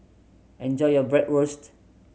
enjoy your Bratwurst